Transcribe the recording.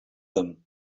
them